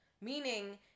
Meaning